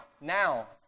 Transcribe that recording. Now